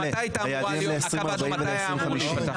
היעדים הם ל-2040 ול-2050.